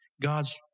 God's